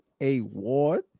A-Ward